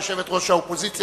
יושבת-ראש האופוזיציה,